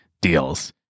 deals